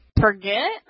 Forget